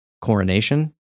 coronation